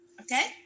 okay